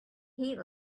heat